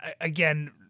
Again